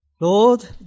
Lord